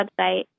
website